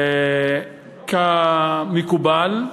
כמקובל,